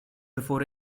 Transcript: before